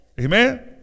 Amen